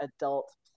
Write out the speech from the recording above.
adult